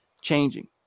changing